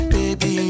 Baby